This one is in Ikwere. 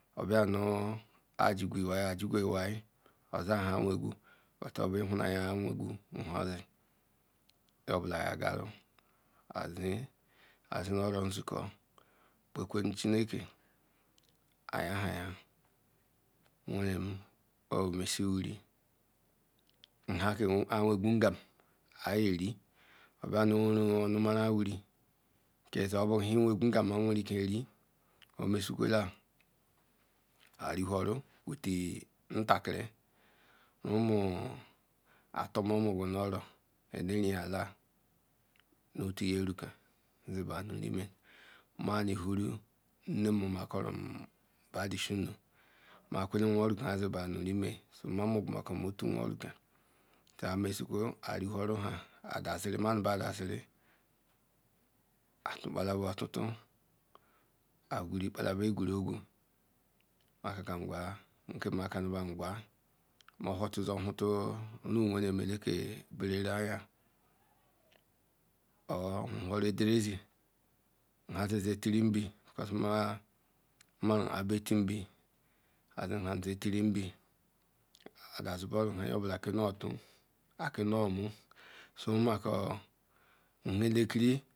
obia nu aji iwai Ajigho iwai ozinha a wegwu o bu ihuneya nha nwegwu nye obala yagaru aze oro msiko kpekwenu chinke ayahaya Awerum o me sie wiri nhake a wegwa ngam ayeri obwa nu oweni onu mama wiri a wigwu ngam nha awereke ri omoshekweka ari horu nu Rumu ntara nu ruma eto momuru eleviya lara no otu nyenka zida nu reme mo nu ihum inum muma korom bada isanu ma gwelem nworika ziba nu re me mamu masi otu nhw ruka ka me sikwo ari atupelebe otu agweribelem egwarogu ma kenu ba nmezeto zelekazi Remuwenem indeke berere or whoru adery ezi or nzi ti nbi nmemem a bia tinbi aze lam ze tiri nbi a dazi boru ha nyeogbila kenota ake numu humukor iherehkiri